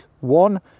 one